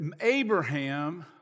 Abraham